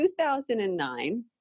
2009